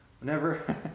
Whenever